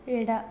ಎಡ